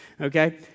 Okay